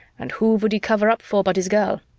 and who would he cover up for but his girl?